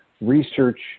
research